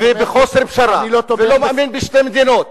ובחוסר פשרה, ולא מאמין בשתי מדינות.